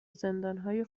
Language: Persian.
زندانهای